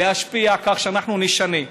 להשפיע כך שנשנה.